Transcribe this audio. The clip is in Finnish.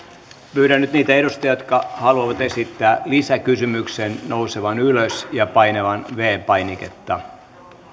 pyydän nyt niitä edustajia jotka haluavat esittää lisäkysymyksen nousemaan ylös ja painamaan viides painiketta